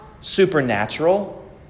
supernatural